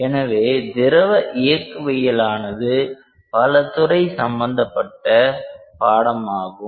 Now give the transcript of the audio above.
எனவே திரவ இயக்கவியலானது பலதுறை சம்பந்தப்பட்ட ஒரு பாடமாகும்